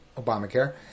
Obamacare